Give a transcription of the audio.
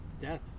death